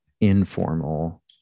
informal